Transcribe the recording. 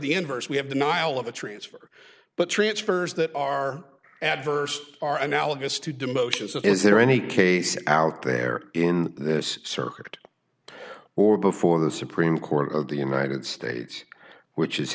inverse we have denial of a transfer but transfers that are adverse are analogous to demotions and is there any case out there in this circuit or before the supreme court of the united states which is